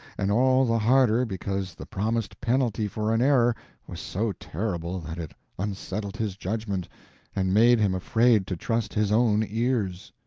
and all the harder because the promised penalty for an error was so terrible that it unsettled his judgment and made him afraid to trust his own ears.